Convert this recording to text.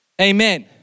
Amen